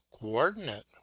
coordinate